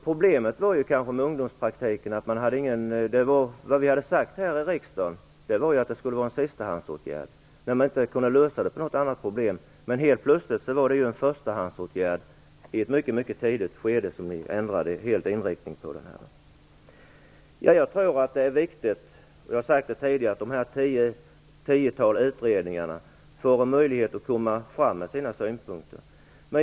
Problemet med ungdomspraktiken var att vi här i riksdagen hade uttalat att den skulle vara en sistahandsåtgärd, när man inte hade kunnat lösa problemen på annat sätt, men att den i ett mycket tidigt skede helt plötsligt blev en förstahandsåtgärd. Ni ändrade helt inriktning på den punkten. Jag tror att det är viktigt, som jag tidigare har sagt, att det tiotal utredningar som pågår får möjlighet att lägga fram sina synpunkter.